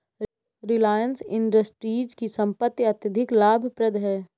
रिलायंस इंडस्ट्रीज की संपत्ति अत्यधिक लाभप्रद है